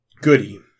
Goody